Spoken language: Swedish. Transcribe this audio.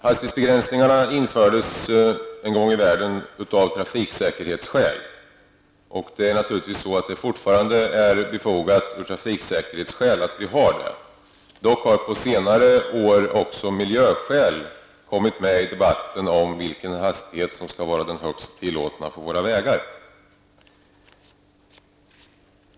Hastighetsbegränsningarna infördes en gång i världen av trafiksäkerhetsskäl, och de gäller naturligtvis fortfarande. På senare år har dock även miljöskäl kommit med i debatten om vilken hastighet som skall vara den högsta tillåtna på våra vägar.